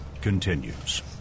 continues